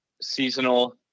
seasonal